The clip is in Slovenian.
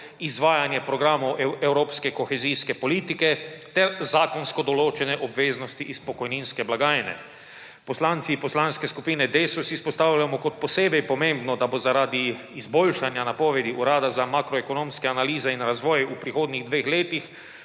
izvajanje programov evropske kohezijske politike ter zakonsko določene obveznosti iz pokojninske blagajne. Poslanci Poslanske skupine Desus izpostavljamo kot posebej pomembno, da bo zaradi izboljšanja napovedi Urada za makroekonomske analize in razvoj v prihodnjih dveh letih